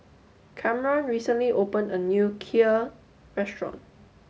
Kamron recently opened a new Kheer restaurant